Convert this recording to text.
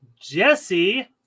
Jesse